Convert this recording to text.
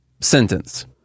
sentence